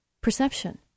perception